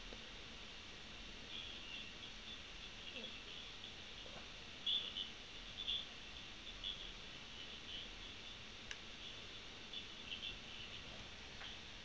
uh